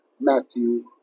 Matthew